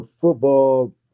football